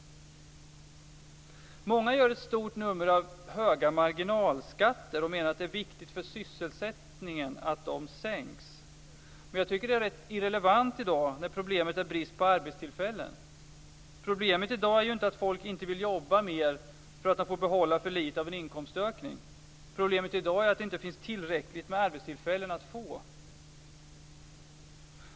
Många gör ett stort nummer av höga marginalskatter och menar att det är viktigt för sysselsättningen att de sänks. Men jag tycker att det är rätt irrelevant i dag när problemet är brist på arbetstillfällen. Problemet i dag är ju inte att folk inte vill jobba mer därför att de får behålla för lite av en inkomstökning. Problemet i dag är att det inte finns tillräckligt med arbetstillfällen.